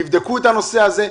תבדקו את הנושא הזה.